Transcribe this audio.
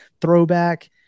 throwback